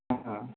ആ ആ